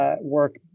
work